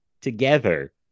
together